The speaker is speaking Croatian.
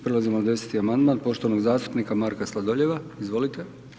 Prelazimo na 10. amandman poštovanog zastupnika Marka Sladoljeva, izvolite.